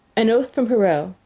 an oath from perrault,